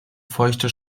feuchte